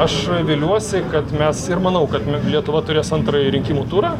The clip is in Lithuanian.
aš viliuosi kad mes ir manau kad lietuva turės antrąjį rinkimų turą